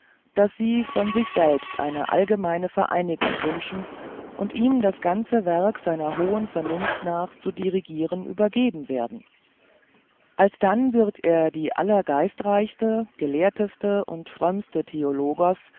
daß sie von sich selbst eine allgemeine vereinigung wünschen und ihm das ganze werk seiner hohen vernunft nach zu dirigiern übergeben werden alsdann wird er die allergeistreichste gelehrteste und frömmste